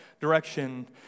direction